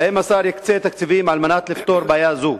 והאם יקצה תקציבים על מנת לפתור בעיה זו?